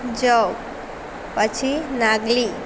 જવ પછી નાગલી